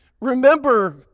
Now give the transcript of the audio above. Remember